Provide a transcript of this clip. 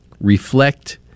reflect